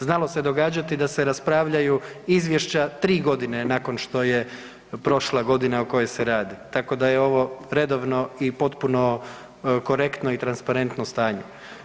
Znalo se događati da se raspravljaju izvješća tri godine nakon što je prošla godina o kojoj se radi, tako da je ovo redovno i potpuno korektno i transparentno stanje.